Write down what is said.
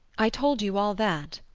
i told you all that.